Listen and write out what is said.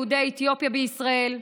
יהודי אתיופיה בישראל,